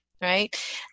right